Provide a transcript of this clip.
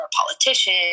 politician